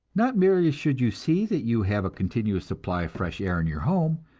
not merely should you see that you have a continuous supply of fresh air in your home,